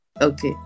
Okay